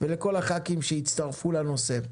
ולכל הח"כים שהצטרפו לנושא.